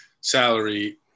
salary